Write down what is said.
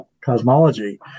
cosmology